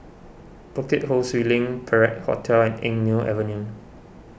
Bukit Ho Swee Link Perak Hotel and Eng Neo Avenue